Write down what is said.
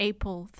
April